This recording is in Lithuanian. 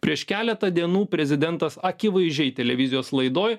prieš keletą dienų prezidentas akivaizdžiai televizijos laidoj